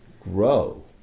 grow